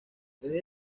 desde